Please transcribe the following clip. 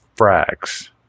frags